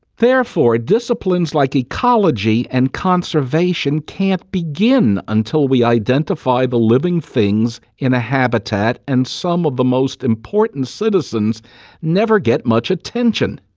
therefore, disciplines like ecology and conservation can't begin until we identify the living things in a habitat, and some of the most important citizens never get much attention.